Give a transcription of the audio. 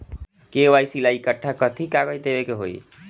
KYC ला कट्ठा कथी कागज देवे के होई?